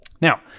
Now